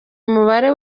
umubare